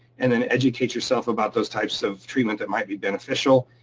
and then educate yourself about those types of treatment that might be beneficial.